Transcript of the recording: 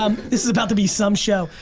um this is about to be some show.